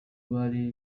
bari